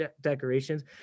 decorations